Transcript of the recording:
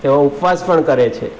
તેઓ ઉપવાસ પણ કરે છે